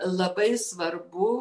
labai svarbu